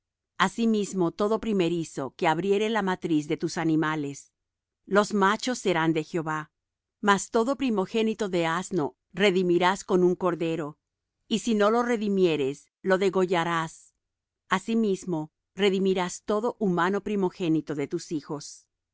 asimismo todo primerizo que abriere la matriz de tus animales los machos serán de jehová mas todo primogénito de asno redimirás con un cordero y si no lo redimieres le degollarás asimismo redimirás todo humano primogénito de tus hijos